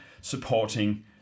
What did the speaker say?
supporting